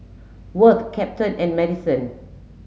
Worth Captain and Maddison